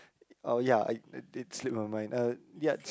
oh ya I it it slipped on my mind uh ya